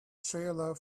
trailer